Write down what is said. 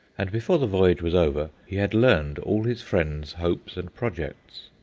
and before the voyage was over he had learned all his friend's hopes and projects.